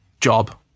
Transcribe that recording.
job